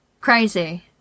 Crazy